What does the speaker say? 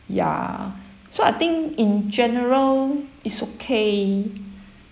ya so I think in general it's okay